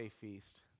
feast